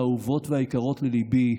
האהובות והיקרות לליבי,